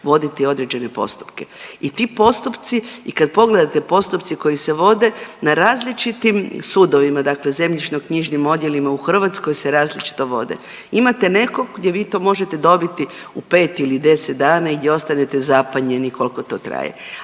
voditi određene postupke. I ti postupci i kad pogledate postupci koji se vode na različitim sudovima, dakle zemljišno-knjižnim odjelima u Hrvatskoj se različito vode. Imate nekog gdje vi to možete dobiti u 5 ili 10 dana i gdje ostanete zapanjeni koliko to traje,